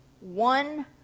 one